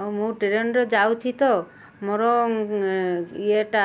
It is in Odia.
ହଉ ମୁଁ ଟ୍ରେନ୍ରେ ଯାଉଛି ତ ମୋର ଇଏଟା